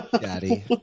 Daddy